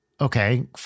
Okay